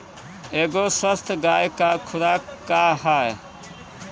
एगो स्वस्थ गाय क खुराक का ह?